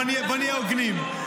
בואו נהיה הוגנים.